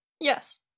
Yes